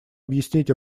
объяснить